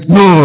no